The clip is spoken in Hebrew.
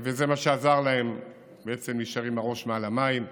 וזה מה שעזר להם בעצם להישאר עם הראש מעל למים,